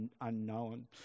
unknown